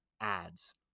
ads